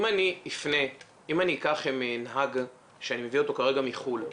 אם אני אקח נהג שאני מביא אותו כרגע מחו"ל,